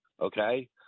okay